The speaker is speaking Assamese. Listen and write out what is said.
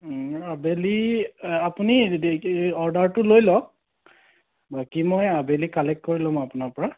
আবেলি আপুুনি কি অৰ্ডাৰটো লৈ লওঁক বাকী মই আবেলি কালেক্ট কৰি ল'ম আপোনাৰ পৰা